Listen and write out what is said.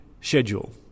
schedule